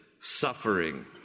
suffering